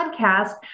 podcast